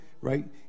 right